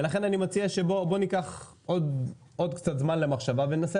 אני מציע שניקח עוד קצת זמן למחשבה וננסה